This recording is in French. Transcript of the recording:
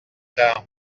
tard